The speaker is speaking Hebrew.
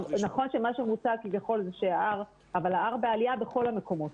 נכון שמוצג לכאורה R אחיד אבל ה-R בעלייה בכל המקומות.